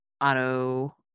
auto-